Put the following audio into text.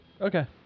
Okay